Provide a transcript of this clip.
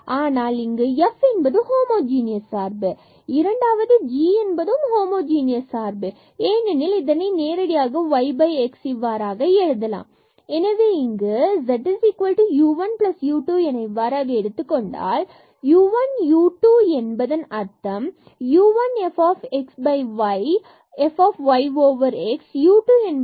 ஆனால் இங்கு f இது ஹோமோஜனியஸ் சார்பு மற்றும் இரண்டாவது g என்பதும் ஹோமோஜனியஸ் சார்பு ஏனெனில் இதனை நேரடியாக நாம் yx இவ்வாறாக எழுதலாம் எனவே இங்கு நாம் z u 1 u 2 என எடுத்துக் கொள்ளலாம் இவ்வாறாக u1 and u2 எடுத்துக்கொள்ளலாம் இதன் அர்த்தம் u 1 x y f y x u 2 is g y x ஆகும்